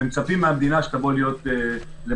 ומצפים מהמדינה שתהיה למענם.